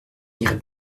n’irai